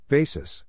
Basis